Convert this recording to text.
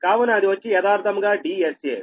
కావున అది వచ్చి యధార్ధముగా DSA